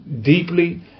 deeply